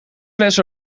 fles